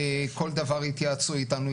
כל דבר התייעצו איתנו,